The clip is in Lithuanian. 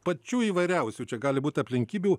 pačių įvairiausių čia gali būt aplinkybių